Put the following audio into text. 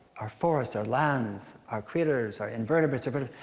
our forests, our lands, our critters, our invertebrates, our but